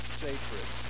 sacred